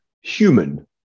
human